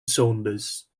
saunders